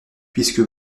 puisque